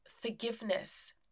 forgiveness